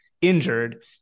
injured